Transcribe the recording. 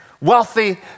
wealthy